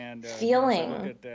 feeling